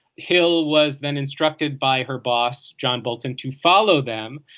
hill was then instructed by her boss john bolton to follow them.